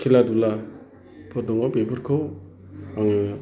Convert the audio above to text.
खेला दुलाफोर दङ बेफोरखौ आङो